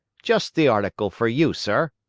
just the article for you, sir.